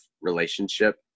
relationship